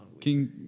King